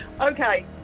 Okay